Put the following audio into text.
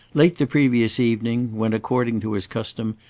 late the previous evening when, according to his custom,